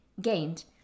gained